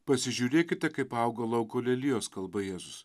pasižiūrėkite kaip auga lauko lelijos kalba jėzus